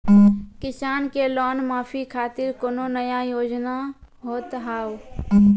किसान के लोन माफी खातिर कोनो नया योजना होत हाव?